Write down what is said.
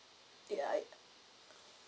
ya